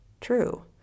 true